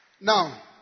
Now